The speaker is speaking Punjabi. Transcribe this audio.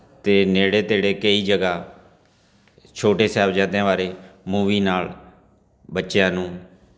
ਅਤੇ ਨੇੜੇ ਤੇੜੇ ਕਈ ਜਗ੍ਹਾ ਛੋਟੇ ਸਾਹਿਬਜ਼ਾਦਿਆਂ ਬਾਰੇ ਮੂਵੀ ਨਾਲ ਬੱਚਿਆਂ ਨੂੰ